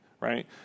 right